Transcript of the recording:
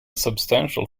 substantial